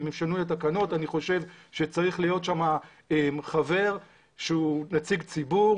אם יהיה שינוי בתקנות אני חושב שצריך להיות שם חבר שהוא נציג ציבור,